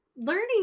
learning